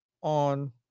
on